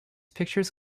pictures